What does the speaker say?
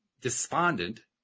despondent